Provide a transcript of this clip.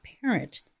parent